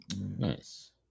nice